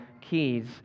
keys